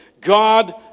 God